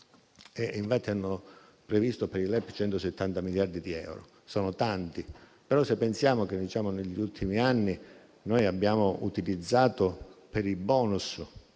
infatti, hanno previsto per i LEP 170 miliardi di euro. Sono tanti. Ma, se pensiamo che negli ultimi anni abbiamo utilizzato per i *bonus*